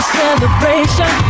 celebration